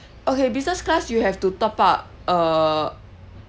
okay business class you have to top up uh